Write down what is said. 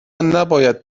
نباید